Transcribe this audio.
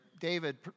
David